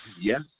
Yes